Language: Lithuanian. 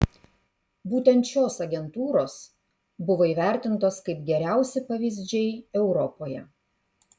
būtent šios agentūros buvo įvertintos kaip geriausi pavyzdžiai europoje